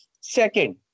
second